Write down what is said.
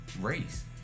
race